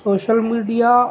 social media